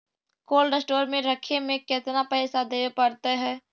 Cold store में रखे में केतना पैसा देवे पड़तै है?